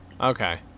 Okay